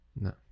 No